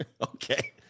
okay